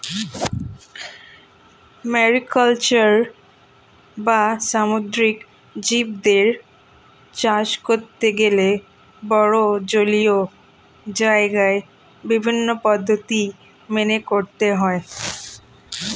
mariculture বা সামুদ্রিক জীবদের চাষ করতে গেলে বড়ো জলীয় জায়গায় বিভিন্ন পদ্ধতি মেনে করতে হয়